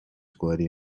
sweaty